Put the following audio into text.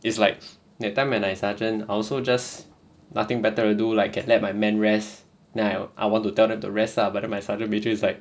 it's like that time when I sergeant I also just nothing better to do like get let my men rest then I want to tell them to rest lah but then my sergeant major is like